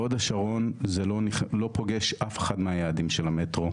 בהוד השרון זה לא פוגש אף אחד מהיעדים של המטרו,